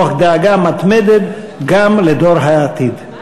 תוך דאגה מתמדת גם לדור העתיד.